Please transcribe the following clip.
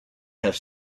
have